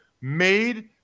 made